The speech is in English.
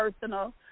personal